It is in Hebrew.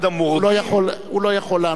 הוא לא יכול לענות פה,